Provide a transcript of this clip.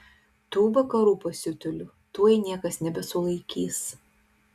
tų vakarų pasiutėlių tuoj niekas nebesulaikys